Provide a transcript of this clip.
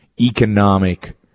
economic